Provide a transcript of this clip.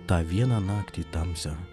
tą vieną naktį tamsą